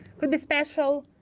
could be special,